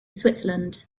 switzerland